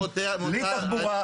בלי תחבורה,